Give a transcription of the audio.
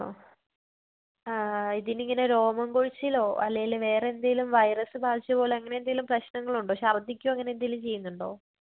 ആണോ ഇതിനിങ്ങനേ രോമം കൊഴിച്ചലോ അല്ലേൽ വേറേ എന്തേലും വൈറസ് ബാധിച്ചപോലേ അങ്ങനേ എന്തേലും പ്രശ്നങ്ങളുണ്ടോ ശർദ്ദിക്കോ അങ്ങനേ എന്തേലും ചെയ്യുന്നുണ്ടോ